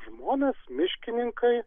žmonės miškininkai